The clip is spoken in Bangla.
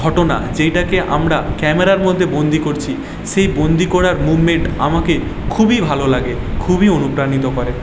ঘটনা যেইটাকে আমরা ক্যামেরার মধ্যে বন্দী করছি সেই বন্দী করার মুভমেন্ট আমাকে খুবই ভালো লাগে খুবই অনুপ্রাণিত করে